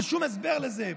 אין שום הסבר לזה.